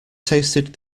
tasted